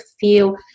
feel